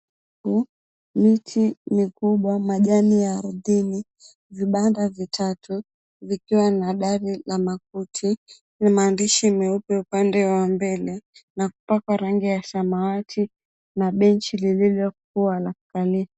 Miti mikubwa, majani ardhini, vibanda vitatu vikiwa na dari la makuti na maandishi meupe upande wa mbele na kupakwa rangi ya samawati na benchi lililokua la kukalia.